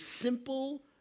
simple